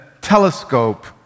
telescope